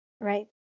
right